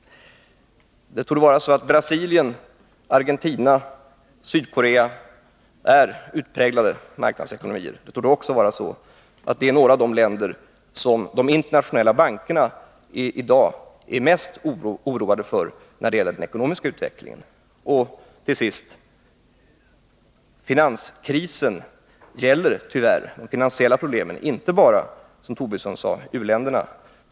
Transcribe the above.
Det torde vara så att Brasilien, Argentina och Sydkorea är utpräglade marknadsekonomier. Det torde också vara så att det är några av de länder som de internationella bankerna i dag är mest oroade för när det gäller den ekonomiska utvecklingen. Till sist: Finanskrisen, de finansiella problemen, gäller tyvärr inte bara — som Lars Tobisson sade — u-länderna.